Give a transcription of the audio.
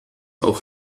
auf